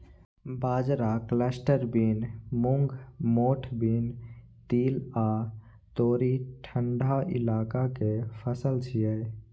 बाजरा, cluster bean, मूंग, मोठ बीन, तिल आ तोरी ठंढा इलाका के फसल छियै